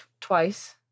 twice